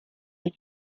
that